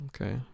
Okay